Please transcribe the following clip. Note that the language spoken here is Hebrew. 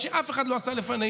מה שאף אחד לא עשה לפנינו,